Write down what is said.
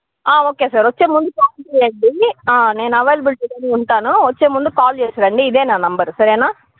okay sir వచ్చే ముందు call చేయండి నేను ఆవైలబులిటీలో ఉంటాను వచ్చే ముందు కాల్ చేసి రండి ఇదే నా నెంబరు సరేనా